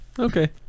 Okay